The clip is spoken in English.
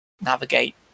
navigate